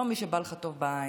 לא מי שבא לך טוב בעין,